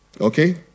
okay